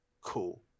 Cool